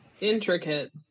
intricate